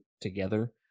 together